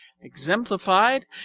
exemplified